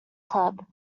club